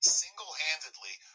single-handedly